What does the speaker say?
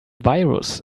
virus